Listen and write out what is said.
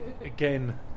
again